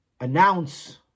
announce